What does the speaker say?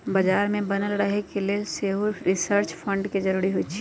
बजार में बनल रहे के लेल सेहो रिसर्च फंड के जरूरी होइ छै